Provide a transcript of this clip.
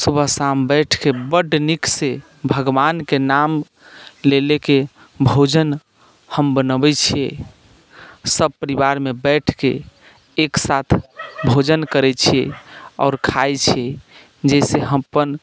सुबह शाम बैठिके बड्ड नीकसँ भगवानके नाम ले लेके भोजन हम बनबैत छियै सभ परिवारमे बैठिके एक साथ भोजन करैत छियै आओर खाइत छी जाहिसँ हम अपन